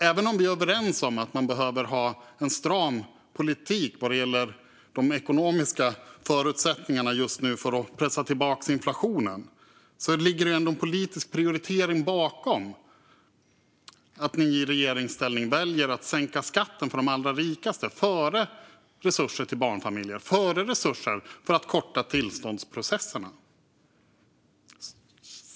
Även om vi är överens om att man just nu behöver ha en stram politik vad gäller de ekonomiska förutsättningarna för att pressa tillbaka inflationen ligger det ändå en politisk prioritering bakom att ni i regeringsställning väljer att sänka skatten för de allra rikaste före resurser till barnfamiljerna och före resurser för att korta tillståndsprocesserna.